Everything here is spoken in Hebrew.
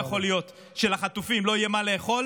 לא יכול להיות שלחטופים לא יהיה מה לאכול,